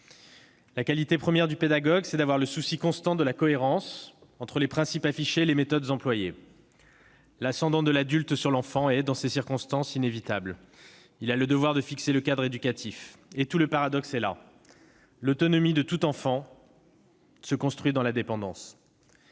La qualité première du pédagogue, c'est d'avoir le souci constant de la cohérence entre les principes affichés et les méthodes employées. L'ascendant de l'adulte sur l'enfant est, dans ces circonstances, inévitable. Il a le devoir de fixer le cadre éducatif. Tout le paradoxe est là : l'autonomie de tout enfant se construit dans la dépendance.